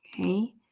okay